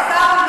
עיסאווי,